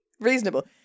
reasonable